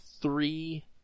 three